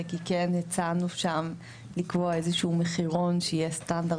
כי כן הצענו שם לקבוע איזה שהוא מחירון שיהיה סטנדרט